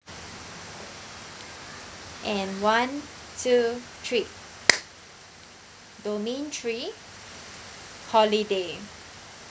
and one two three domain three holiday